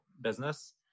business